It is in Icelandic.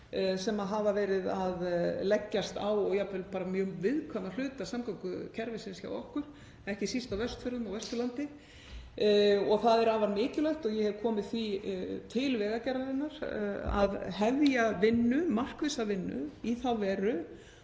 sem hafa verið að leggjast á mjög viðkvæma hluta samgöngukerfisins hjá okkur, ekki síst á Vestfjörðum og Vesturlandi. Það er afar mikilvægt, og ég hef komið því til Vegagerðarinnar, að hefja markvissa vinnu í þá veru